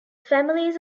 families